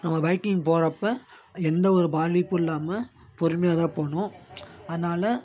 நம்ம பைக்கிங் போகிறப்ப எந்த ஒரு பாதிப்பும் இல்லாமல் பொறுமையாக தான் போகணும் அதனால்